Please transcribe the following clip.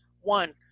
one